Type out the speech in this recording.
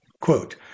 Quote